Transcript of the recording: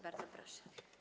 Bardzo proszę.